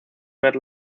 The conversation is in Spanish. ver